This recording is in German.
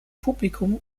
publikum